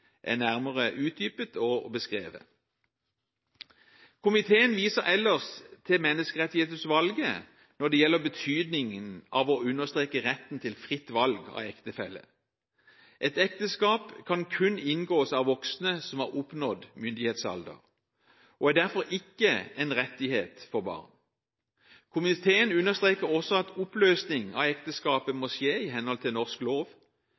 er nærmere utdypet og beskrevet. Komiteen viser ellers til Menneskerettighetsutvalget når det gjelder betydningen av å understreke retten til fritt valg av ektefelle. Et ekteskap kan kun inngås av voksne som har oppnådd myndighetsalder, og er derfor ikke en rettighet for barn. Komiteen understreker også at oppløsning av ekteskapet må skje i henhold til norsk lov.